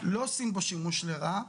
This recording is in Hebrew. לא עושים בו שימוש לרעה,